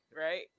right